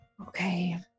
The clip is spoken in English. Okay